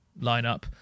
lineup